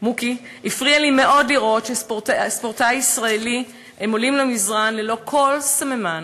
הפריע לי מאוד לראות שספורטאי ישראל עלו למזרן ללא כל סממן,